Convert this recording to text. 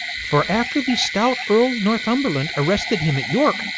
for after the stout earle northumberland arrested him at yorke,